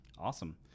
Awesome